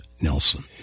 Nelson